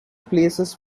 places